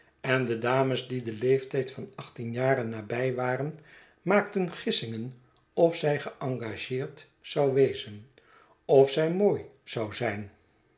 en de dames die den leeftijd van achttien jaren nabij waren maakten gissingen of zij geengageerd zou wezen of zij mooi zou zijn